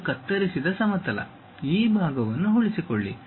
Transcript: ಇದು ಕತ್ತರಿಸಿದ ಸಮತಲ ಆ ಭಾಗವನ್ನು ಉಳಿಸಿಕೊಳ್ಳಿ